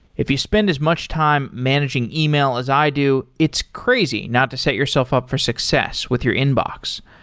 if you spend as much time managing email as i do, it's crazy not to set yourself up for success with your inbox.